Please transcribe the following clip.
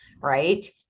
right